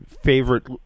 favorite